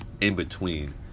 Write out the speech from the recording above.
in-between